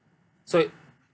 so